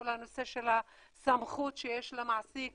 כל הנושא של הסמכות שיש למעסיק